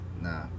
Nah